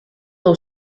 nou